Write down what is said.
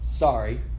Sorry